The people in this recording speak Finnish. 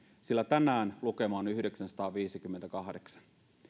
sillä tänään lukema on yhdeksänsataaviisikymmentäkahdeksan